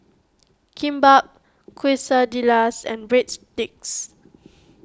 Kimbap Quesadillas and Breadsticks